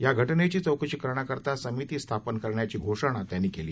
या घटनेची चौकशी करण्याकरता समिती स्थापन करण्याची घोषणा त्यांनी केली